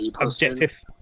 objective